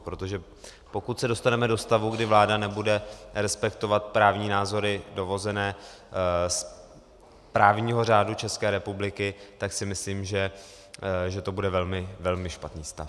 Protože pokud se dostaneme do stavu, kdy vláda nebude respektovat právní názory dovozené z právního řádu České republiky, tak si myslím, že to bude velmi špatný stav.